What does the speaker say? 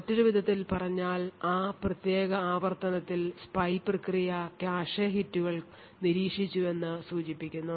മറ്റൊരു വിധത്തിൽ പറഞ്ഞാൽ ആ പ്രത്യേക ആവർത്തനത്തിൽ spy പ്രക്രിയ കാഷെ ഹിറ്റുകൾ നിരീക്ഷിച്ചുവെന്ന് ഇത് സൂചിപ്പിക്കുന്നു